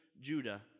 Judah